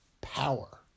Power